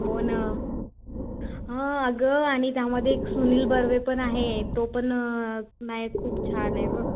हो ना हं अगं आणि त्यामध्ये एक सुनील बर्वे पण आहे तो पण नायक खूप छान आहे बघ